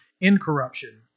incorruption